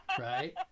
Right